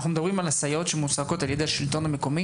אנחנו מדברים על הסייעות שמועסקות על ידי השלטון המקומי.